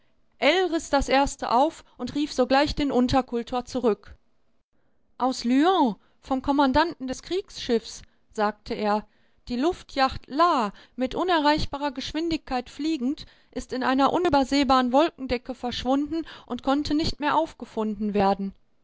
ell riß das erste auf und rief sogleich den unterkultor zurück aus lyon vom kommandanten des kriegsschiffs sagte er die luftyacht la mit unerreichbarer geschwindigkeit fliegend ist in einer unübersehbaren wolkendecke verschwunden und konnte nicht mehr aufgefunden werden